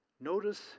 Notice